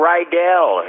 Rydell